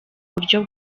buryo